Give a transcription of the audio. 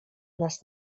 nas